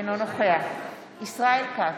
אינו נוכח ישראל כץ,